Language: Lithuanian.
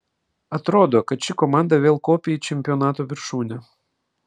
atrodo kad ši komanda vėl kopia į čempionato viršūnę